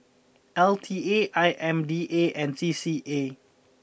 L T A I M D A and C C A